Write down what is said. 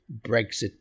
brexit